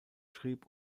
schrieb